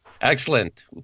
Excellent